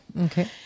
Okay